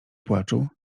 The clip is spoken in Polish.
płaczu